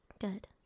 Good